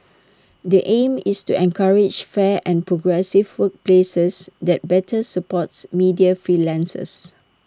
the aim is to encourage fair and progressive workplaces that better supports media freelancers